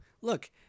look